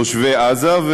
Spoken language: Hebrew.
תושבי עזה,